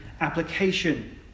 application